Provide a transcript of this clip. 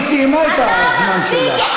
היא סיימה את הזמן שלה.